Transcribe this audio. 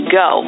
go